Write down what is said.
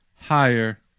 higher